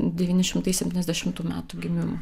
devyni šimtai septyniasdešimtų metų gimimo